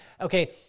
okay